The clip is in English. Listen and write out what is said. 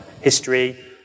history